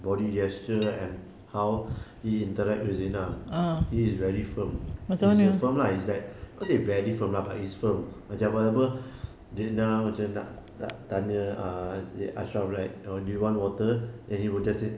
body gesture and how he interact with zina he is very firm he's just firm lah it's that not say very firm lah but it's firm macam whatever zina macam nak nak tanya ah ashraf right do you want water then he will just say